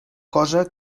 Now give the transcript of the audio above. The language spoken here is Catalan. cosa